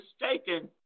mistaken